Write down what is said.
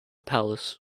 palace